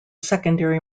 secondary